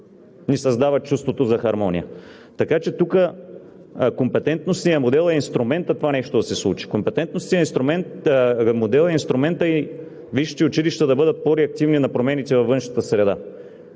ни създават чувството за хармония. Така че тук компетентностният модел е инструментът това нещо да се случи. Компетентностният модел е инструментът и висшите училища да бъдат по-реактивни на промените във външната среда.